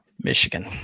Michigan